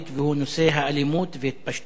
והוא נושא האלימות והתפשטות הנשק.